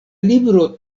libro